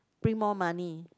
bring more money